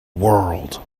world